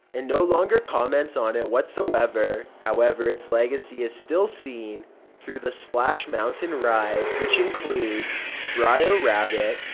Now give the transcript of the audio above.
and no longer comments on it whatsoever. however, its legacy is still seen through the splash mountain ride, which includes brier rabbit,